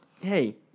Hey